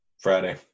Friday